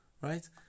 right